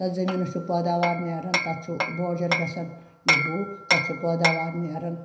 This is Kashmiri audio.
تتھ زمیٖنس چھُ پٲدٲوار نیران تتھ چھُ بوجر گژھان یہِ گُہہ تتھ چھُ پٲدٲوار نیران